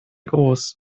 groß